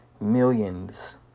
millions